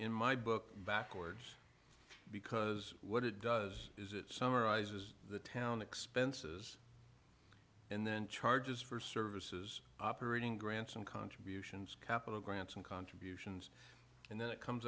my book backwards because what it does is it summarizes the town expenses and then charges for services operating grants and contributions capital grants and contributions and then it comes